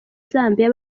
zambia